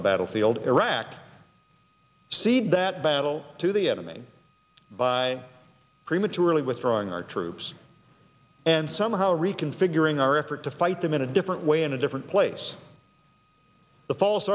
the battlefield iraq cede that battle to the enemy by prematurely withdrawing our troops and somehow reconfiguring our effort to fight them in a different way in a different place the false